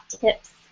tips